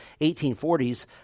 1840s